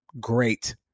Great